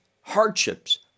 hardships